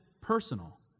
personal